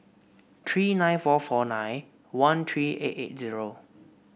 three nine four four nine one three eight eight zero